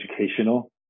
educational